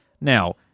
Now